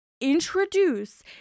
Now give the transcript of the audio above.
introduce